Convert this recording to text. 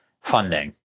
funding